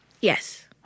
Yes